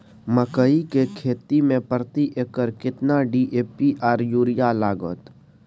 मकई की खेती में प्रति एकर केतना डी.ए.पी आर यूरिया लागत?